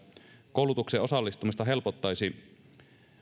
koulutukseen osallistumista helpottaisi